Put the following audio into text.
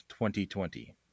2020